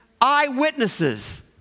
Eyewitnesses